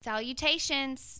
Salutations